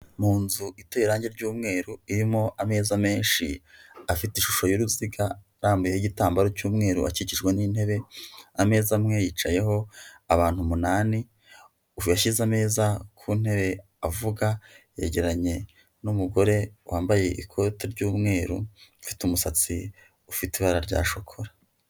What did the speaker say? Mu nzu iteye irangi ry'umweru irimo ameza menshi afite ishusho y'uruziga arambuyeho igitambaro cy'umweru akikijwe n'intebe ameza, amwe yicayeho abantu umunani uwashyize ameza ku ntebe avuga yegeranye n'umugore wambaye ikote ry'umweru ufite umusatsi ufite ibara rya shokora.